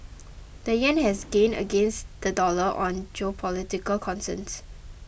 the yen has gained against the dollar on geopolitical concerns